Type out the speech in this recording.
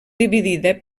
dividida